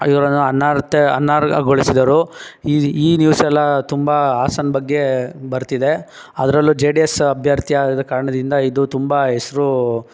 ಇವರನ್ನ ಅನರ್ಹತೆ ಅನರ್ಹಗೊಳಿಸಿದರು ಈ ಈ ನ್ಯೂಸ್ ಎಲ್ಲ ತುಂಬ ಹಾಸನ ಬಗ್ಗೆ ಬರ್ತಿದೆ ಅದರಲ್ಲೂ ಜೆ ಡಿ ಎಸ್ ಅಭ್ಯರ್ಥಿಯಾದ ಕಾರಣದಿಂದ ಇದು ತುಂಬ ಹೆಸ್ರು